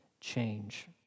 change